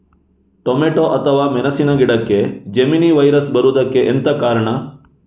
Tomato ಅಥವಾ ಮೆಣಸಿನ ಗಿಡಕ್ಕೆ ಜೆಮಿನಿ ವೈರಸ್ ಬರುವುದಕ್ಕೆ ಎಂತ ಕಾರಣ?